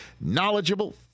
knowledgeable